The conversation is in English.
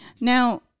Now